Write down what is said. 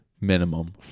minimum